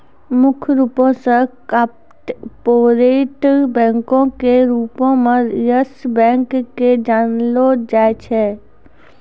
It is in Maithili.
मुख्य रूपो से कार्पोरेट बैंको के रूपो मे यस बैंक के जानलो जाय छै